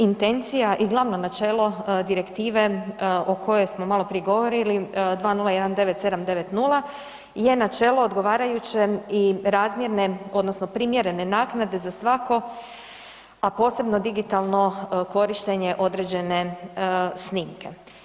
Intencija i glavno načelo direktive o kojoj smo maloprije govorili 2019/790 je načelo odgovarajuće i razmjerne, odnosno primjerene naknade za svako, a posebno digitalno korištenje određene snimke.